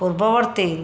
ପୂର୍ବବର୍ତ୍ତୀ